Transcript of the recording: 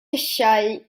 lysiau